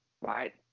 right